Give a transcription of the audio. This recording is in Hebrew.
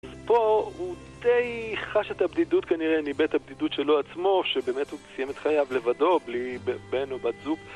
אז פה הוא די חש את הבדידות, כנראה ניבא את הבדידות שלו עצמו, שבאמת הוא סיים חייו לבדו, בלי בן או בת זוג